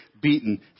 beaten